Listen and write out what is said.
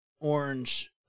Orange